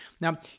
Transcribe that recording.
Now